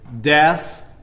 Death